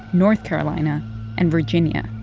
north carolina and virginia.